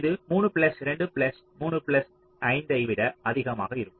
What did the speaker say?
இது 3 plus 2 plus 3 plus 5 ஐ விட அதிகமாக இருக்கும்